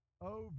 over